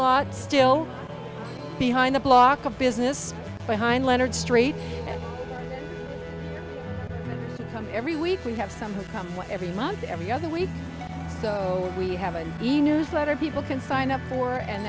lot still behind a block of business behind leonard straight from every week we have some who come with every month every other week so we haven't even newsletter people can sign up for and